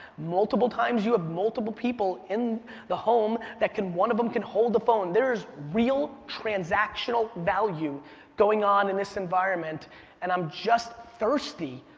multiple times you have ah multiple people in the home that can, one of them, can hold the phone. there's real transactional value going on in this environment and i'm just thirsty,